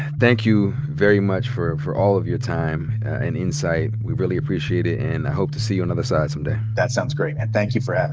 thank you very much for for all of your time and insight. we really appreciate it. and i hope to see you on the other side someday. that sounds great. and thank you for having